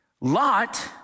Lot